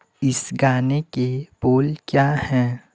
इस गाने के बोल क्या हैं